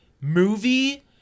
movie